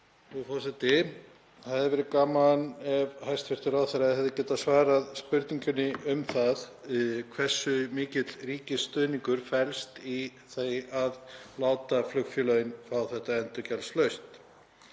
forseti. Það hefði verið gaman ef hæstv. ráðherra hefði getað svarað spurningunni um það hversu mikill ríkisstuðningur felst í því að láta flugfélögin fá þetta endurgjaldslaust.